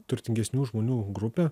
turtingesnių žmonių grupė